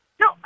No